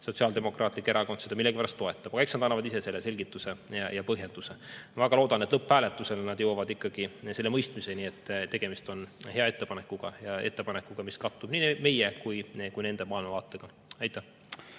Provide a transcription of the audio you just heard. Sotsiaaldemokraatlik Erakond seda millegipärast toetab. Aga eks nad annavad ise selle selgituse ja põhjenduse. Ma väga loodan, et lõpphääletusel nad jõuavad ikkagi selle mõistmiseni, et tegemist on hea ettepanekuga ja ettepanekuga, mis kattub nii meie kui ka nende maailmavaatega. Aitäh!